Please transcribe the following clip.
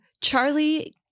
Charlie